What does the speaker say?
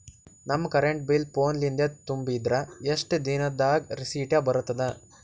ನಮ್ current bill ಫೋನ ಲಿಂದೇ ತುಂಬಿದ್ರ, ಎಷ್ಟ ದಿ ನಮ್ ದಾಗ ರಿಸಿಟ ಬರತದ?